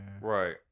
right